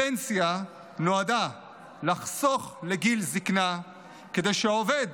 הפנסיה נועדה לחסוך לגיל זקנה כדי שהעובד